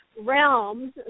realms